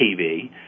TV